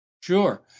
Sure